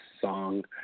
song